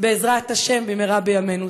בעזרת השם במהרה בימינו.